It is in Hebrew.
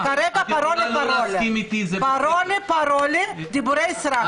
זה כרגע: פרולה, פרולה, דיבורי סרק.